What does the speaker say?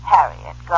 Harriet